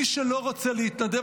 מי שלא רוצה להתנדב,